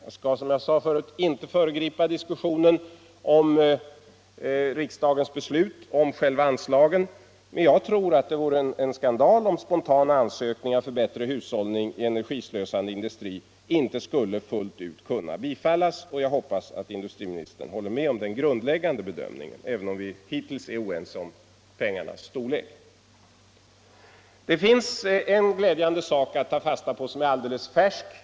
Jag skall, som jag sade förut, inte föregripa diskussionen om riksdagens beslut om själva anslagen. Men jag tror att det vore en skandal om spontana ansökningar för bättre hushållning i energislösande industri inte fullt ut kunde bifallas. Jag hoppas att industriministern håller med om den grundläggande bedömningen, även om vi hittills är oense om beloppens storlek. Det finns en glädjande och alldeles färsk sak att ta fasta på.